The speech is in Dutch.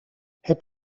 heb